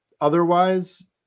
Otherwise